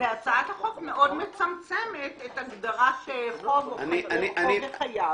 והצעת החוק מאוד מצמצמת את הגדרת חוב או חוב לחייב.